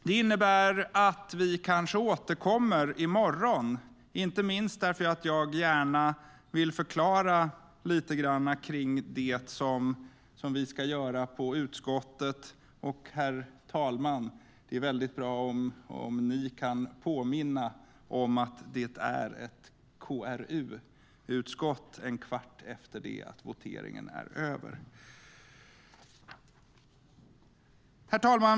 Det innebär att vi kanske återkommer i morgon, inte minst därför att jag gärna vill förklara lite grann kring det som vi ska göra i utskottet. Det är också, herr talman, bra om ni kan påminna om att det är sammanträde i kulturutskottet en kvart efter det att voteringen är över. Herr talman!